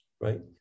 Right